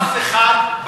אף אחד מהקואליציה.